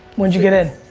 when'd you get in?